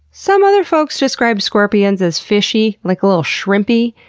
some other folks describe scorpions as fishy, like a little shrimpy,